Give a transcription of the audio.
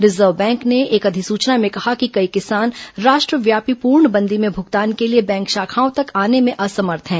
reserve bank ने एक अधिसूचना में कहा कि कई किसान राष्ट्रव्यापी पूर्णबंदी में भुगतान के लिए बैंक शाखाओं तक आने में असमर्थ हैं